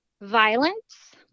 violence